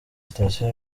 sitasiyo